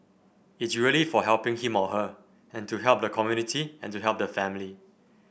it's really for helping him or her and to help the community and to help the family